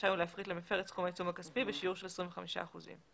רשאי הוא להפחית למפר את סכום העיצום הכספי בשיעור של 25 אחוזים."